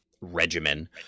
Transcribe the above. regimen